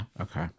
Okay